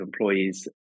employees